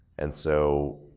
and so,